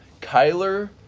Kyler